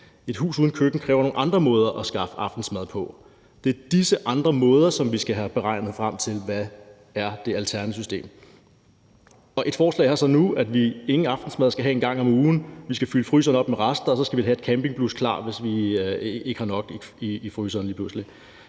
Et hus uden køkken kræver nogle andre måder at skaffe aftensmad på. Det er disse andre måder, som vi skal have beregnet os frem til for at finde det alternative system. Et forslag er så nu, at vi ingen aftensmad skal have en gang om ugen. Vi skal fylde fryseren op med rester, og så skal vi have et campingblus klar, hvis vi lige pludselig ikke har nok i fryseren.